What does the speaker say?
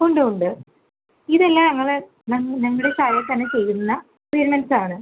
ഉണ്ട് ഉണ്ട് ഇതെല്ലാം ഞങ്ങൾ ഞങ്ങൾ താഴെ തന്നെ ചെയ്യുന്ന ട്രീറ്റ്മെൻറ്സ് ആണ്